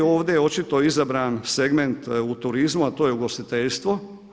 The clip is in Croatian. Ovdje je očito izabran segment u turizmu, a to je ugostiteljstvo.